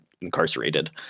incarcerated